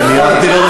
אני הבנתי "קח עשר".